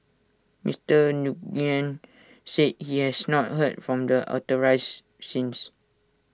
Mister Nguyen said he has not heard from the authorise since